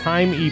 Time